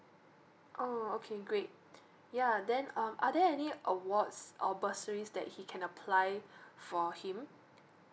oh okay great yeah then um are there any awards or bursaries that he can apply for him